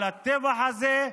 על הטבח הזה,